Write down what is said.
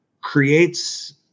creates